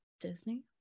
Disney